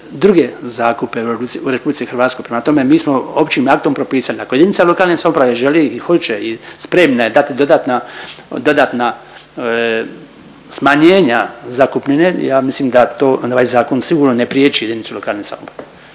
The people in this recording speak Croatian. druge zakupe u RH. Prema tome mi smo općim aktom propisali ako jedinica lokalne samouprave želi i hoće i spremna je dati dodatna, dodatna smanjenja zakupnine ja mislim da to ovaj zakon ne priječi jedinicu lokalne samouprave.